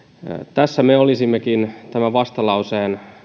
tässä me olisimmekin tämän vastalauseen